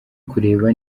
kureba